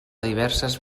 diverses